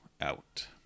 out